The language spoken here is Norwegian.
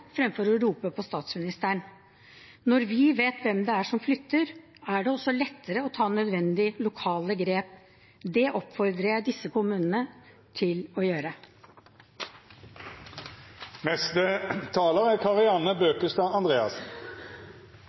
fremfor å rope på statsministeren. Når vi vet hvem det er som flytter, er det også lettere å ta nødvendige lokale grep. Det oppfordrer jeg disse kommunene til å gjøre.